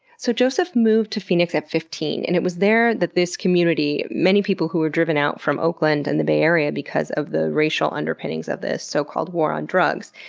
so joseph moved to phoenix at fifteen. and it was there that this community, many people who were driven out from oakland and the bay area because of the racial underpinnings on this so called war on drugs,